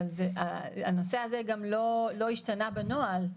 אבל הנושא הזה גם לא השתנה בנוהל.